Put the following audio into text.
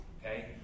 Okay